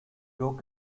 broke